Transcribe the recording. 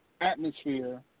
atmosphere